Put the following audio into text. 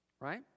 Right